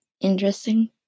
interesting